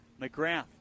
McGrath